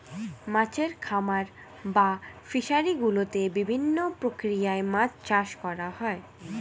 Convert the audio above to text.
মাছের খামার বা ফিশারি গুলোতে বিভিন্ন প্রক্রিয়ায় মাছ চাষ করা হয়